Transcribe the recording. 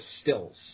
stills